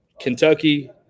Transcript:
Kentucky